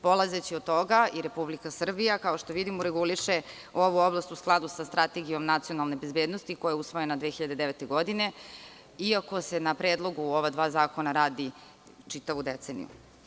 Polazeći od toga i Republika Srbija, kao što vidimo, reguliše ovu oblast u skladu sa Strategijom nacionalne bezbednosti, koja je usvojena 2009. godine, iako se na predlogu ova dva zakona radi čitavu deceniju.